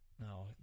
no